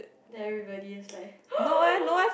then everybody just like